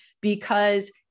because-